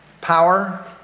power